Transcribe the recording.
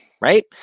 Right